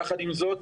יחד עם זאת,